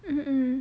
mm mm